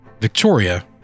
Victoria